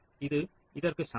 இது இதற்கு சமம்